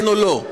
כן או לא?